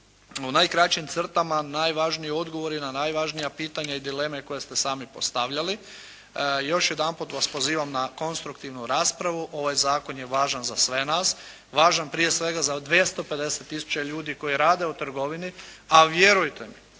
u najkraćim crtama najvažniji odgovori na najvažnija pitanja i dileme koje ste sami postavljali. Još jedanput vas pozivam na konstruktivnu raspravu. Ovaj zakon je važan za sve nas. Važan prije svega za 250000 ljudi koji rade u trgovini, a vjerujte mi